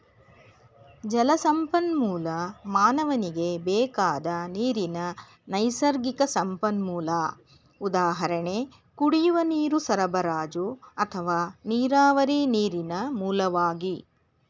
ಜಲಸಂಪನ್ಮೂಲ ಮಾನವನಿಗೆ ಬೇಕಾದ ನೀರಿನ ನೈಸರ್ಗಿಕ ಸಂಪನ್ಮೂಲ ಉದಾಹರಣೆ ಕುಡಿಯುವ ನೀರು ಸರಬರಾಜು ಅಥವಾ ನೀರಾವರಿ ನೀರಿನ ಮೂಲವಾಗಿ